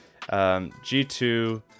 G2